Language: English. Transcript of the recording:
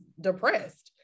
depressed